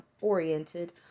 oriented